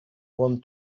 bon